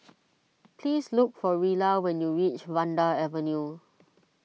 please look for Rilla when you reach Vanda Avenue